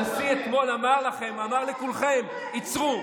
הנשיא אתמול אמר לכם, אמר לכולכם: עצרו.